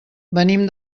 venim